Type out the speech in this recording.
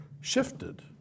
shifted